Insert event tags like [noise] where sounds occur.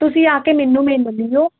ਤੁਸੀਂ ਆ ਕੇ ਮੈਨੂੰ [unintelligible]